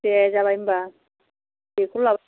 दे जाबाय होमब्ला बेखौल' लाबो